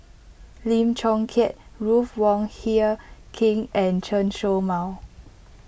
Lim Chong Keat Ruth Wong Hie King and Chen Show Mao